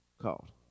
called